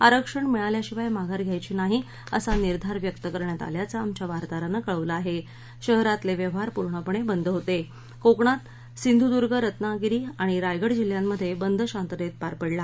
आरक्षण मिळाल्याशिवाय माघार घ्यायची नाही असा निर्धार व्यक्त करण्यात आल्याचं आमच्या वार्ताहरानं कळवलं आह आहरातलव्यिवहार पूर्णपणविद होतळीकणात सिंधुदुर्ग रत्नागिरी आणि रायगड जिल्ह्यांमध्यविद शांततळीपार पडला